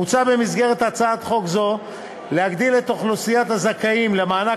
מוצע במסגרת הצעת חוק זו להגדיל את אוכלוסיית הזכאים למענק